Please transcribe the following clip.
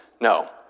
No